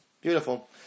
Beautiful